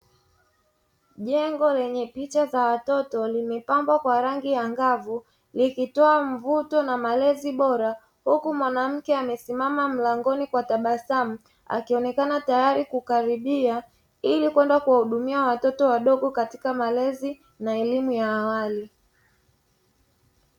Jengo lenye picha za watoto limepambwa kwa rangi angavu, likitoa mvuto na malezi bora, huku mwanamke amesimama mlangoni kwa tabasamu akionekana tayari kukaribia ili kwenda kuwahudumia watoto wadogo katika malezi na elimu ya awali.